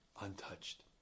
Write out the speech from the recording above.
Untouched